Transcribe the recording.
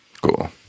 Cool